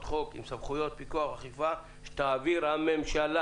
חוק עם סמכויות פיקוח ואכיפה שתעביר הממשלה.